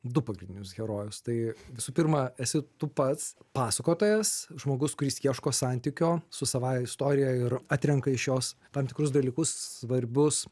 du pagrindinius herojus tai visų pirma esi tu pats pasakotojas žmogus kuris ieško santykio su savąja istorija ir atrenka iš jos tam tikrus dalykus svarbius